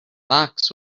box